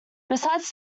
besides